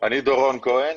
אני דורון כהן,